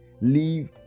leave